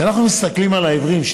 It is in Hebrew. כשאנחנו מסתכלים על העיוורים,